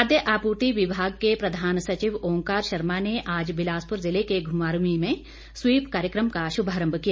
खाद्य आपूर्ति विभाग के प्रधान सचिव ओंकार शर्मा ने आज बिलासपुर जिले के घुमारवीं में स्वीप कार्यक्रम का शुभारंभ किया